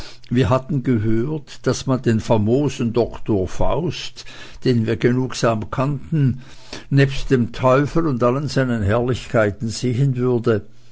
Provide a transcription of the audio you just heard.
wir hatten gehört daß man den famosen doktor faust den wir genugsam kannten nebst dem teufel und allen seinen herrlichkeiten sehen würde